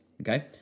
Okay